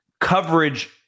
coverage